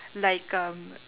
like um